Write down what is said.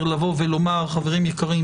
זה מנגנון שבאמת מאפשר לבוא ולומר: חברים יקרים,